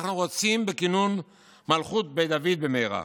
אנחנו רוצים בכינון מלכות בית דוד במהרה.